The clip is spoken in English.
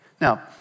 Now